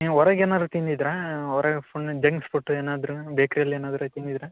ನೀವು ಹೊರಗ್ ಏನಾದ್ರು ತಿಂದಿದ್ದಿರಾ ಹೊರಗ್ ಫುಲ್ ಜಂಕ್ ಫುಡ್ಡು ಏನಾದ್ರೂ ಬೇಕ್ರಿಲ್ಲಿ ಏನಾದ್ರೂ ತಿಂದಿದ್ರಾ